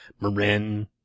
Marin